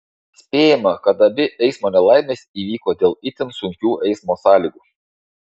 spėjama kad abi eismo nelaimės įvyko dėl itin sunkių eismo sąlygų